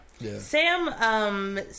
Sam